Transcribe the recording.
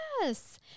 yes